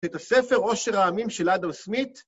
את הספר ״אושר העמים״ של אדם סמית.